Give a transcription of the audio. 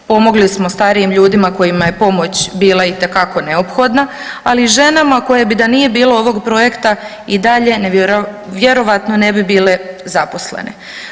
Pomogli smo starijim ljudima kojima je pomoć bila itekako neophodna, ali i ženama koje bi da nije bilo ovog projekta i dalje vjerojatno ne bi bile zaposlene.